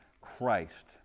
Christ